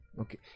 Okay